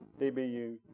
DBU